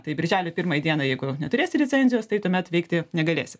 tai birželio pirmai dienai jeigu neturėsi licencijos tai tuomet veikti negalėsi